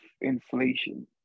inflation